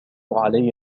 علي